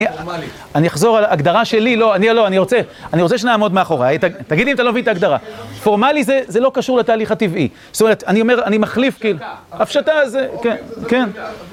אני אחזור על ההגדרה שלי, לא, אני לא, אני רוצה, אני רוצה שנעמוד מאחוריי, תגיד לי אם אתה לא מבין את ההגדרה. פורמלי זה, זה לא קשור לתהליך הטבעי, זאת אומרת, אני אומר, אני מחליף כאילו. הפשטה זה, כן.